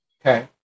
Okay